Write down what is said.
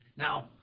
Now